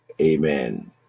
Amen